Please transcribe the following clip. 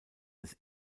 des